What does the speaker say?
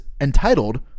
entitled